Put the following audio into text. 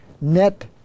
net